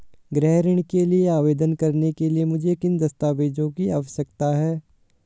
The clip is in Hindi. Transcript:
गृह ऋण के लिए आवेदन करने के लिए मुझे किन दस्तावेज़ों की आवश्यकता है?